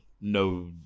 No